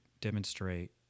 demonstrate